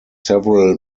several